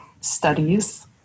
studies